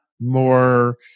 more